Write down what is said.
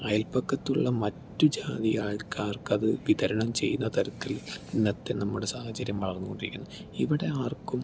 അയൽപക്കത്തുള്ള മറ്റുജാതി ആൾക്കാർക്കത് വിതരണം ചെയ്യുന്ന തരത്തിൽ ഇന്നത്തെ നമ്മുടെ സാഹചര്യം വളർന്നുകൊണ്ടിരിക്കുന്നു ഇവിടെ ആർക്കും